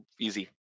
easy